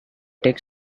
take